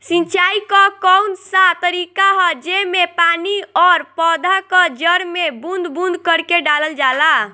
सिंचाई क कउन सा तरीका ह जेम्मे पानी और पौधा क जड़ में बूंद बूंद करके डालल जाला?